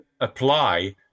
apply